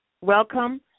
welcome